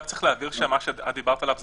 רק צריך להבהיר שמה שאת דיברת עליו זה